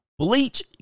Bleach